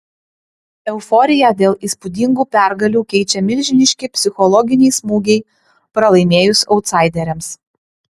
euforiją dėl įspūdingų pergalių keičia milžiniški psichologiniai smūgiai pralaimėjus autsaideriams